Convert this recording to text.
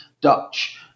Dutch